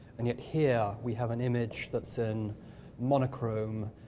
and yet here we have an image that's in monochrome,